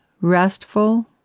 restful